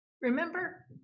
remember